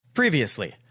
previously